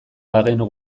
bagenu